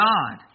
God